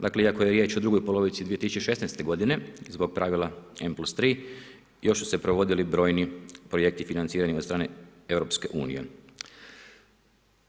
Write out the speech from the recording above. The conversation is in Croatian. Dakle, iako je riječ o drugoj polovici 2016. godine zbog pravila N+3 još su se provodili brojni projekti financiranja od strane Europske unije.